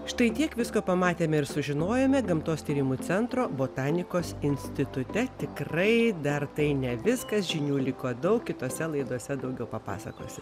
štai tiek visko pamatėme ir sužinojome gamtos tyrimų centro botanikos institute tikrai dar tai ne viskas žinių liko daug kitose laidose daugiau papasakosiu